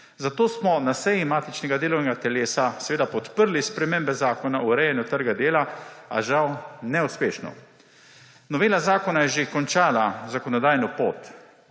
Zato smo na seji matičnega delovnega telesa seveda podprli spremembe Zakona o urejanju trga dela, a žal neuspešno. Novela zakona je že končala zakonodajno pot,